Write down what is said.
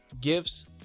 gifts